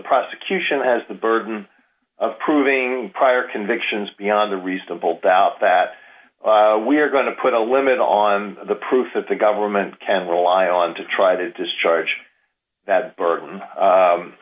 prosecution has the burden of proving prior convictions beyond a reasonable doubt that we're going to put a limit on the proof that the government can rely on to try to discharge that burden